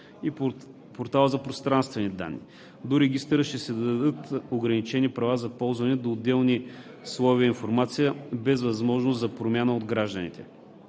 и Портала за пространствени данни. До Регистъра ще се дадат ограничени права за ползване до отделни слоеве информация, без възможност за промени от гражданите.